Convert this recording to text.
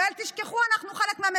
ואל תשכחו, אנחנו חלק מהממשלה.